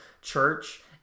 church